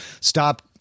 stop